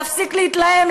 להפסיק להתלהם,